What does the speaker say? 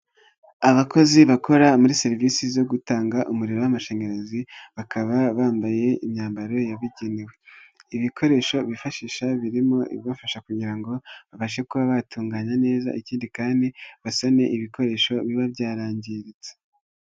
Abakozi bakora muri serivisi zo gutanga umuriro w'amashanyarazi bakaba bambaye imyambaro yabigenewe, ibikoresho bifashisha birimo ibibafasha kugira ngo babashe kuba batunganya neza ikindi kandi basane ibikoresho biba byarangiritse.